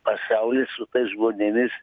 pasaulis su tais žmonėmis